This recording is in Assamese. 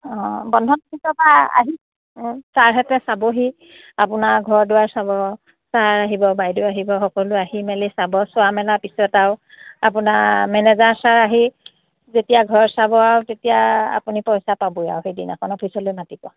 অঁ বন্ধন আহি ছাৰহঁতে চাবহি আপোনাৰ ঘৰ দুৱাৰ চাব ছাৰ আহিব বাইদেউ আহিব সকলো আহি মেলি চাব চোৱা মেলাৰ পিছত আৰু আপোনাৰ মেনেজাৰ ছাৰ আহি যেতিয়া ঘৰ চাব আৰু তেতিয়া আপুনি পইচা পাবই আৰু সেইদিনাখন অফিচলৈ মাতিব